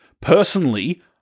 Personally